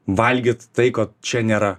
valgyt tai ko čia nėra